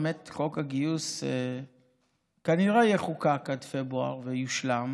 באמת חוק הגיוס כנראה יחוקק עד פברואר ויושלם.